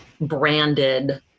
branded